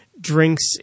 drinks